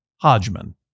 Hodgman